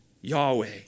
Yahweh